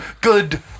Good